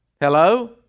Hello